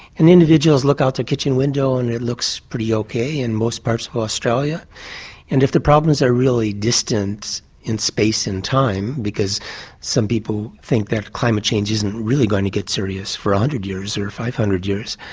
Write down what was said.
and individuals look out their kitchen window and it looks pretty ok in most parts of australia and if the problems are really distant in space and time because some people think that climate change isn't really going to get serious for a hundred years or five hundred years,